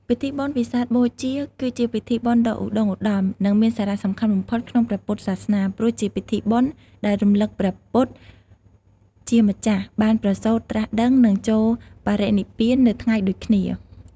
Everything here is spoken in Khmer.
ពិធីបុណ្យវិសាខបូជា គឺជាពិធីបុណ្យដ៏ឧត្ដុង្គឧត្ដម និងមានសារៈសំខាន់បំផុតក្នុងព្រះពុទ្ធសាសនា ព្រោះជាពិធីបុណ្យដែលរំលឹកពីព្រះពុទ្ធជាម្ចាស់ បានប្រសូត ត្រាស់ដឹង និងចូលបរិនិព្វាននៅថ្ងៃដូចគ្នា។